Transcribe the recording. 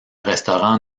restaurant